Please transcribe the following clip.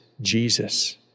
Jesus